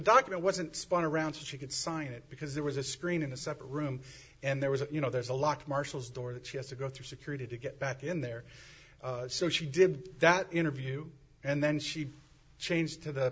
doctor wasn't spun around so she could sign it because there was a screen in a separate room and there was a you know there's a lock marshall's door that she has to go through security to get back in there so she did that interview and then she changed to the